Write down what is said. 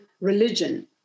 religion